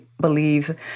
believe